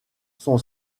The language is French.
son